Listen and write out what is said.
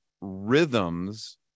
rhythms